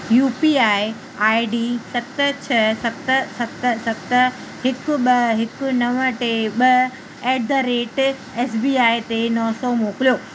U P I I D सत छह सत सत सत हिकु ॿ हिकु नव टे ॿ at the rate S B I ते नो सौ मोकिलियो